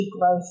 growth